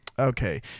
Okay